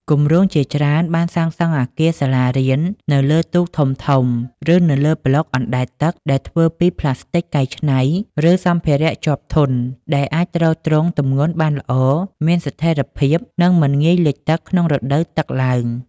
គម្រោងជាច្រើនបានសាងសង់អគារសាលារៀននៅលើទូកធំៗ ឬនៅលើប្លុកអណ្តែតទឹកដែលធ្វើពីប្លាស្ទិកកែច្នៃ ឬសម្ភារៈជាប់ធន់ ដែលអាចទ្រទ្រង់ទម្ងន់បានល្អ មានស្ថិរភាព និងមិនងាយលិចទឹកក្នុងរដូវទឹកឡើង។